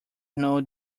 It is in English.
know